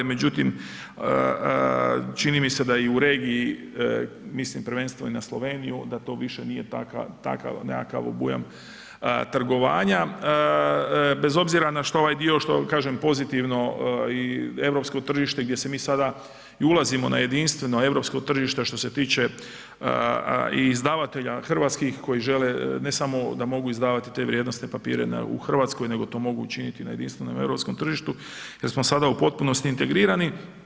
Međutim, čini mi se da i u regiji, mislim prvenstveno i na Sloveniju da to više nije takav nekakav obujam trgovanja, bez obzira na ovaj dio što kažem pozitivno i europsko tržište gdje mi sada ulazimo na jedinstveno europsko tržište što se tiče izdavatelja hrvatskih koji žele ne samo da mogu izdavati te vrijednosne papire u Hrvatskoj nego to mogu učiniti na jedinstvenom europskom tržištu jer smo sada u potpunosti integrirani.